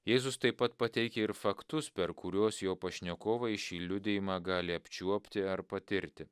jėzus taip pat pateikia ir faktus per kuriuos jo pašnekovai šį liudijimą gali apčiuopti ar patirti